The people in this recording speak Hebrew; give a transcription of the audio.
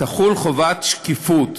תחול עליו חובת שקיפות.